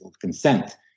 consent